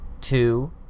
two